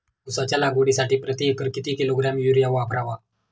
उसाच्या लागवडीसाठी प्रति एकर किती किलोग्रॅम युरिया वापरावा?